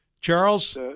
Charles